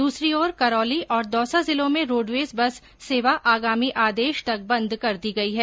दूसरी ओर करौली और दौसा जिलों में रोडवेज बस सेवा आगामी आदेश तक बन्द कर दी गई है